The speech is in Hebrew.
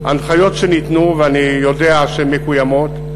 ההנחיות שניתנו, ואני יודע שהן מקוימות: